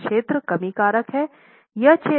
दूसरा क्षेत्र कमी कारक है